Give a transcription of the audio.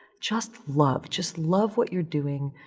just love. just love what you're doing,